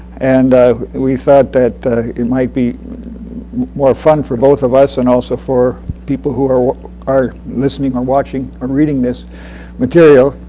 and we thought that it might be more fun for both of us and, also for people who are listening or watching or reading this material,